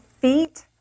feet